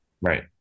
Right